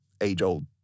age-old